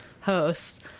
host